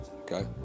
okay